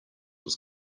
was